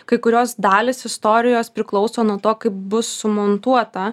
kai kurios dalys istorijos priklauso nuo to kaip bus sumontuota